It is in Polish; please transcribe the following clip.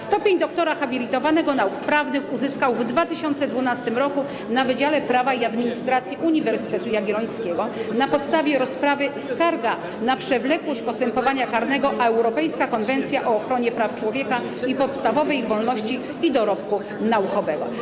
Stopień doktora habilitowanego nauk prawnych uzyskał w 2012 r. na Wydziale Prawa i Administracji Uniwersytetu Jagiellońskiego na podstawie rozprawy: Skarga na przewlekłość postępowania karnego a Europejska Konwencja o Ochronie Praw Człowieka i Podstawowych Wolności i dorobku naukowego.